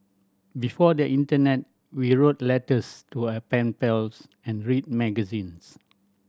before the internet we wrote letters to our pen pals and read magazines